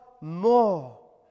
more